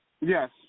Yes